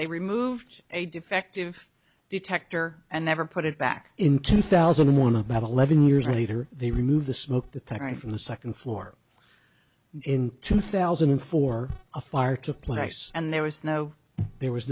they removed a defective detector and never put it back in two thousand and one about eleven years later they removed the smoke detector in from the second floor in two thousand and four a fire took place and there was no there was